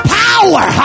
power